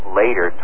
later